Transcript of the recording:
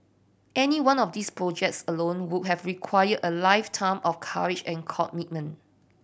any one of these projects alone would have required a lifetime of courage and commitment